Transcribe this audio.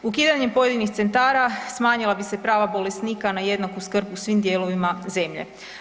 Ukidanjem pojedinih centra smanjila bi se prava bolesnika na jednaku skrb u svim dijelovima zemlje.